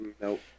Nope